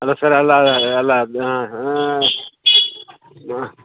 ಅಲ್ಲ ಸರ್ ಅಲ್ಲ ಅಲ್ಲ ಅದು ಹಾಂ ಹಾಂ ಮ